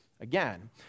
again